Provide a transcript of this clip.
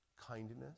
kindness